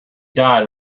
died